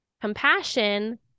Compassion